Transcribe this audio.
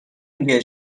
میگه